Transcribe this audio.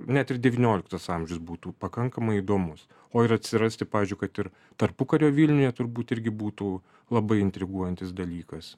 net ir devynioliktas amžius būtų pakankamai įdomus o ir atsirasti pavyzdžiui kad ir tarpukario vilniuje turbūt irgi būtų labai intriguojantis dalykas